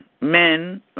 Men